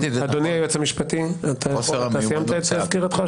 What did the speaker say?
אדוני היועץ המשפטי, אתה סיימת את סקירתך?